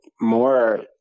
more